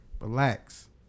relax